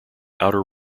outer